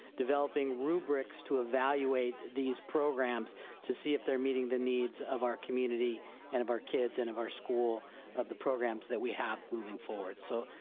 developing rubrics to evaluate these programs to see if they're meeting the needs of our community and of our kids and of our school of the programs that we have moving forward. so,